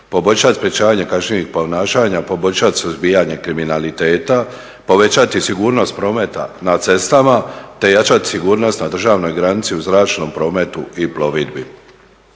Poboljšati sprječavanje kažnjivih ponašanja, poboljšati suzbijanje kriminaliteta, povećati sigurnost prometa na cestama, te jačati sigurnost na državnoj granici u zračnom prometu i plovidbi.